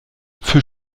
für